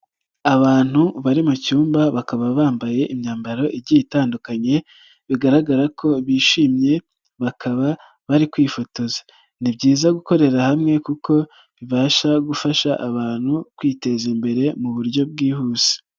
Abantu bari mu cyumba bakaba bambaye imyambaro igiye itandukanye bigaragara ko bishimye bakaba bari kwifotoza, ni byiza gukorera hamwe kuko birushaho gufasha abantu kwiteza imbere mu buryo bwihuse.